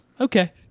okay